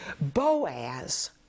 Boaz